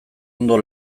ondo